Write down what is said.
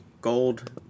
gold